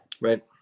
Right